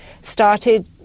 started